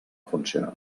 funcionar